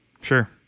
sure